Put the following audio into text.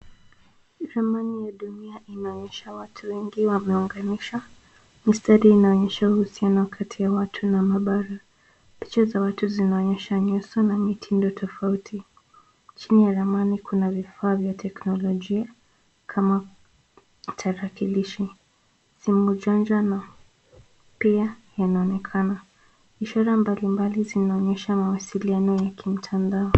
Shambani ya dunia inaonyesha watu wengi wameunganisha, mistari inaonyesha uhusiano kati ya watu na mabara, picha za watu zinaonyesha nyuzo na mitindo tofauti, chini ya ramani kuna vifaa vya teknolojia, kama, tarakilishi, simu janja na, pia, yanaonekana, ishara mbali mbali zinaonyesha mawasiliano ya kimtandao.